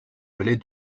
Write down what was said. vallée